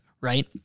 Right